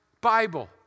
Bible